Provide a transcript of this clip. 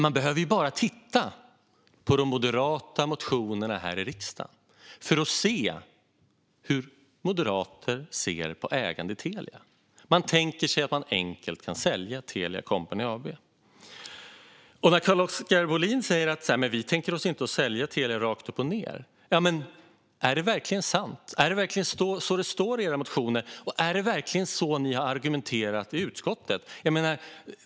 Man behöver bara titta på de moderata motionerna här i riksdagen för att se hur moderater ser på ägande i Telia. Man tänker sig att det vore enkelt att sälja Telia Company AB. Carl-Oskar Bohlin säger att man inte tänker sig att Telia ska säljas rakt upp och ned, men är det verkligen sant? Är det verkligen så det står i Moderaternas motioner, och är det verkligen så man har argumenterat i utskottet?